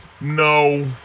no